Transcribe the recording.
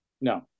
No